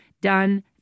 done